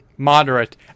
Moderate